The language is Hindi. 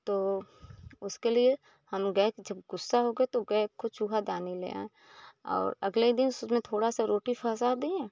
तो उसके लिए हम गए तो जब ग़ुस्सा हो गए तो गए कुछ चूहादानी ले आए और अगले दिन उसमें थोड़ा सी रोटी फंसा दिए